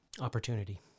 Opportunity